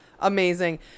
amazing